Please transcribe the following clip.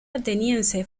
ateniense